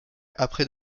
après